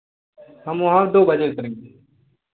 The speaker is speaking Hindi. हम वहाँ दो बजे उतरेंगे